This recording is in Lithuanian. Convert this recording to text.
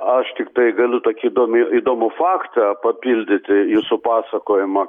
aš tiktai galiu tokia įdomi įdomų faktą papildyti jūsų pasakojimą